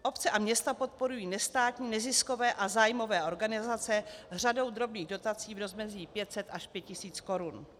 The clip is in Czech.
Obce a města podporují nestátní, neziskové a zájmové organizace řadou drobných dotací v rozmezí 500 až 5 tisíc korun.